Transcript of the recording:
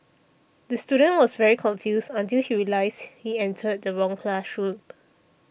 the student was very confused until he realised he entered the wrong classroom